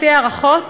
לפי ההערכות,